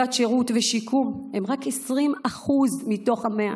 שירות ושיקום הוא רק 20% מתוך ה-100%,